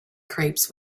crepes